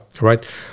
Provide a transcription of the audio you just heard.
right